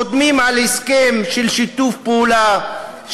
חותמים על הסכם של שיתוף פעולה,